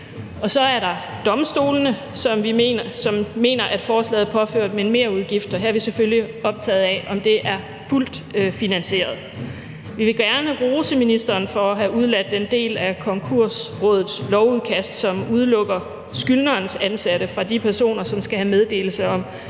Og så er der domstolene, som mener, at forslaget påfører dem en merudgift. Her er vi selvfølgelig optaget af, om det er fuldt finansieret. Vi vil gerne rose ministeren for at have udeladt den del af Konkursrådets lovudkast, som udelukker skyldnerens ansatte fra de personer, som skal have meddelelse om